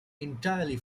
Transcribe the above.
entirely